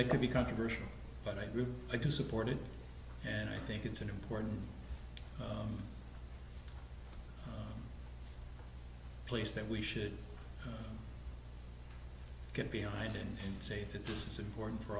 that could be controversial but i do i do support it and i think it's an important place that we should get behind it and say that this is important for